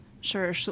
Sure